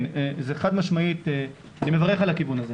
אני מברך על הכיוון הזה.